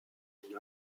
une